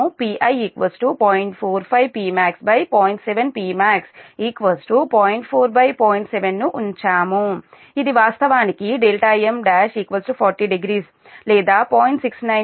7ను ఉంచాము ఇది వాస్తవానికి m1 400 లేదా 0